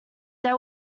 they